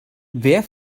wer